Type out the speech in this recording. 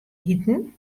iten